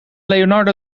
leonardo